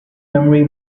memory